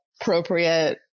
appropriate